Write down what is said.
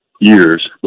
years